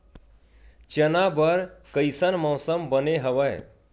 चना बर कइसन मौसम बने हवय?